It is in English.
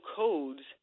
codes